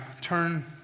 turn